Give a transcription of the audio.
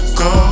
go